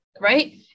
Right